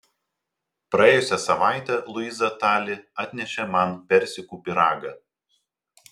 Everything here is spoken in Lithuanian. praėjusią savaitę luiza tali atnešė man persikų pyragą